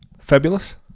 Fabulous